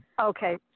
Okay